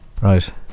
Right